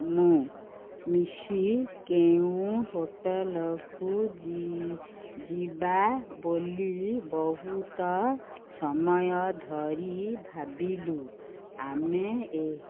ମୁଁ ମିଶି କେଉଁ ହୋଟେଲକୁ ଯିବା ବୋଲି ବହୁତ ସମୟ ଧରି ଭାବିଲୁ ଆମେ ଏ